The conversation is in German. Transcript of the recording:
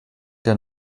der